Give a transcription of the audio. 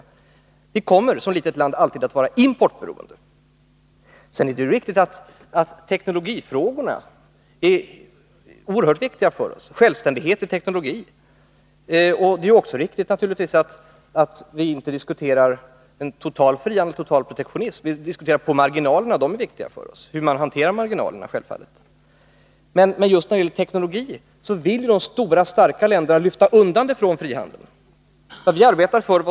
Som ett litet land kommer vi alltid att vara importberoende. Det är sedan riktigt att teknologifrågorna är oerhört viktiga för oss. Självständighet i teknologin är nödvändig. Vad vi diskuterar är inte en total frihandel eller protektionism. Det viktiga för oss är att hantera marginalerna på ett riktigt sätt. De stora och starka länderna vill lyfta undan teknologin från frihandeln.